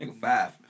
five